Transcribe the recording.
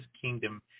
kingdom